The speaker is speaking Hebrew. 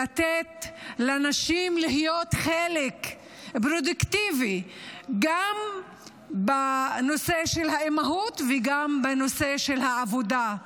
לתת לנשים להיות חלק פרודוקטיבי גם בנושא האימהות וגם בנושא העבודה.